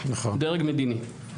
דרג מדיני.